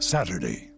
Saturday